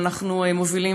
שאנחנו מובילים,